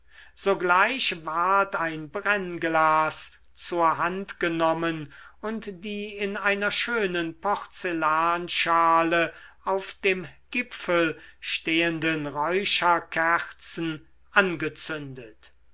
sogleich ward ein brennglas zur hand genommen und die in einer schönen porzellanschale auf dem gipfel stehenden räucherkerzen angezündet